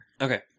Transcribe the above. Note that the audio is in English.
Okay